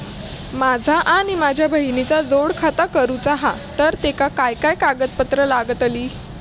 माझा आणि माझ्या बहिणीचा जोड खाता करूचा हा तर तेका काय काय कागदपत्र लागतली?